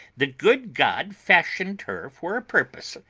the good god fashioned her for a purpose,